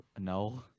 No